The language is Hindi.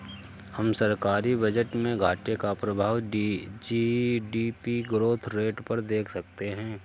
हम सरकारी बजट में घाटे का प्रभाव जी.डी.पी ग्रोथ रेट पर देख सकते हैं